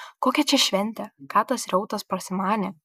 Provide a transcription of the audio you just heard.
kokia čia šventė ką tas reutas prasimanė